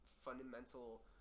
fundamental